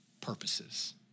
purposes